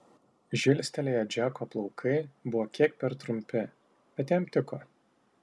žilstelėję džeko plaukai buvo kiek per trumpi bet jam tiko